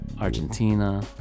Argentina